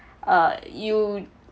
uh you